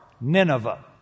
Nineveh